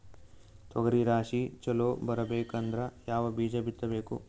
ತೊಗರಿ ರಾಶಿ ಚಲೋ ಬರಬೇಕಂದ್ರ ಯಾವ ಬೀಜ ಬಿತ್ತಬೇಕು?